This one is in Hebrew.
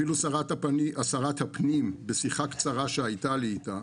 אפילו שרת הפנים, בשיחה קצרה שהייתה לי איתה,